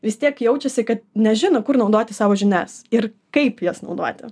vis tiek jaučiasi kad nežino kur naudoti savo žinias ir kaip jas naudoti